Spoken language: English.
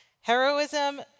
Heroism